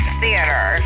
theater